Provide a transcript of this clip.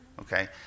okay